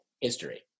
history